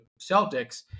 Celtics